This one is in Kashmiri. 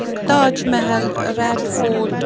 Taj Mahal Red fort